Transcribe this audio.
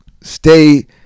stay